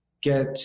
get